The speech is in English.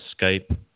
Skype